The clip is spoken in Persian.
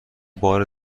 بار